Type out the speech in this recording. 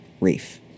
reef